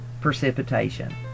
precipitation